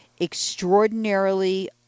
extraordinarily